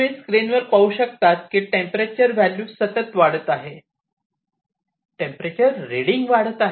तुम्ही स्क्रीन वर पाहू शकतात की टेंपरेचर व्हॅल्यू सतत वाढत आहे टेंपरेचर रीडिंग वाढत आहे